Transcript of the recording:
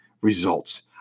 results